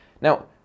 Now